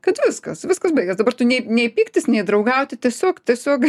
kad viskas viskas baigias dabar tu nei nei pyktis nei draugauti tiesiog tiesiog